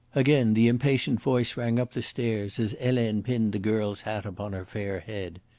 again the impatient voice rang up the stairs, as helene pinned the girl's hat upon her fair head.